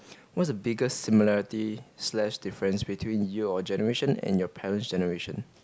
what's the biggest similarity slash difference between your generation and your parents' generation